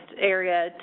area